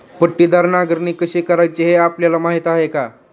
पट्टीदार नांगरणी कशी करायची हे आपल्याला माहीत आहे का?